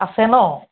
আছে ন'